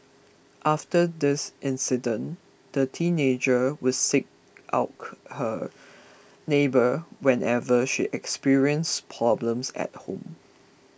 after this incident the teenager would seek out her neighbour whenever she experienced problems at home